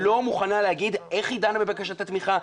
לא מוכנה להגיד איך היא דנה בבקשת התמיכה,